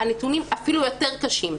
הנתונים אפילו יותר קשים.